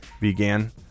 began